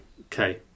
Okay